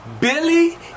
Billy